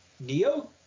Neo